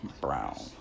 Brown